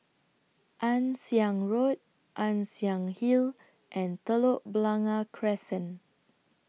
Ann Siang Road Ann Siang Hill and Telok Blangah Crescent